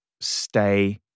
stay